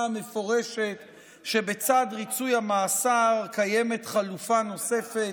המפורשת שבצד ריצוי המאסר קיימת חלופה נוספת,